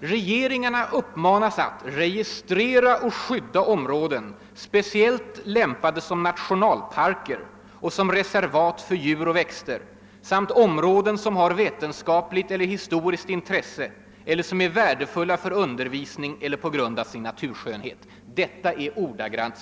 Regeringarna uppmanas att »registrera och skydda områden speciellt lämpade som nationalparker och som reservat för djur och växter samt områden som har vetenskapligt eller historiskt intresse eller som är värdefulla för undervisning eller på grund av sin naturskönhet».